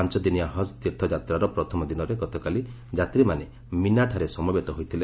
ପାଞ୍ଚ ଦିନିଆ ହକ୍ ତୀର୍ଥଯାତ୍ରାର ପ୍ରଥମ ଦିନରେ ଗତକାଲି ଯାତ୍ରୀମାନେ ମିନାଠାରେ ସମବେତ ହୋଇଥିଲେ